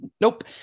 Nope